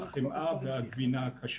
החמאה והגבינה הקשה.